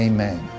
Amen